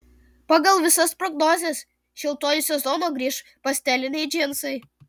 pagal visas prognozes šiltuoju sezonu grįš pasteliniai džinsai